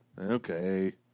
Okay